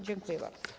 Dziękuję bardzo.